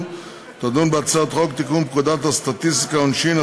תדון בהצעת חוק לתיקון פקודת הסטטיסטיקה (עונשין),